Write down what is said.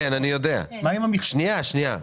שנייה.